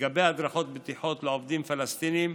לגבי הדרכות בטיחות לעובדים פלסטינים,